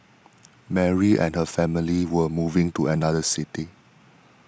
Mary and her family were moving to another city